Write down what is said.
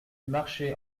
marchait